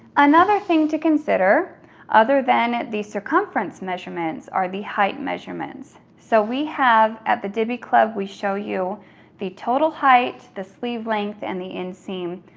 another thing to consider other than the circumference measurements are the height measurements. so we have, at the diby club, we show you the total height, the sleeve length, and the inseam